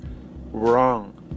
wrong